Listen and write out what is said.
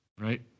Right